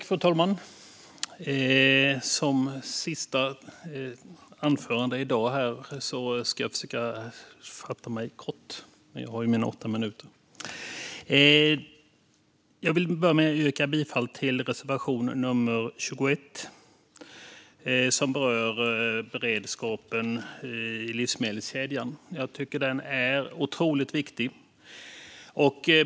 Fru talman! Jag vill börja med att yrka bifall till reservation 21, som berör beredskapen i livsmedelskedjan. Jag tycker att den är otroligt viktig.